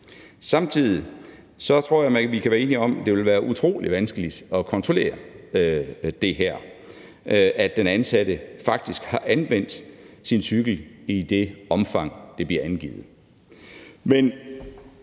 Samtidig tror jeg, vi kan være enige om, at det ville være utrolig vanskeligt at kontrollere det her, altså at den ansatte faktisk har anvendt sin cykel i det omfang, det bliver angivet.